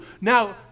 Now